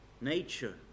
nature